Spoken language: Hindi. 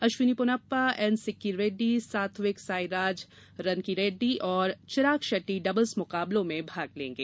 अश्विनी पोनप्पा एन सिक्की रेड्डी सात्विक साइराज रनकीरेड्डी और चिराग शेट्टी डबल्स मुकाबलों में भाग लेंगे